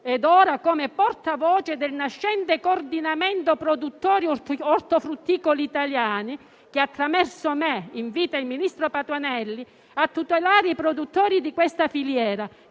come portavoce del nascente Coordinamento produttori ortofrutticoli italiani, che, attraverso me, invita il ministro Patuanelli a tutelare i produttori di questa filiera,